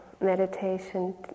meditation